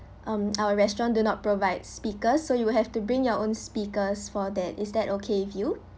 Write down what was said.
um our restaurant do not provide speakers so you have to bring your own speakers for that is that okay with you